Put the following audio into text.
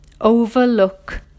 overlook